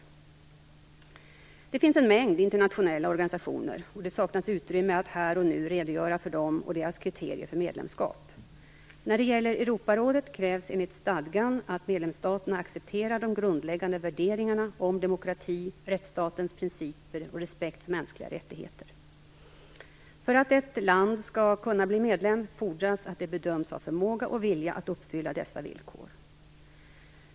Det finns en mängd internationella organisationer och det saknas utrymme att här och nu redogöra för dem och deras kriterier för medlemskap. När det gäller Europarådet krävs enligt stadgan att medlemsstaterna accepterar de grundläggande värderingarna om demokrati, rättsstatens principer och respekt för mänskliga rättigheter. För att ett land skall kunna bli medlem fordras att det bedöms ha förmåga och vilja att uppfylla dessa villkor.